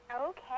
Okay